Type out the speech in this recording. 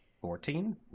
Fourteen